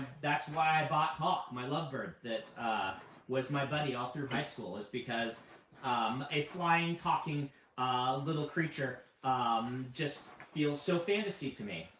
that's why i bought hawk my lovebird that was my buddy all through high school, is because um a flying, talking little creature um just feels so fantasy to me.